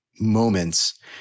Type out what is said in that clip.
moments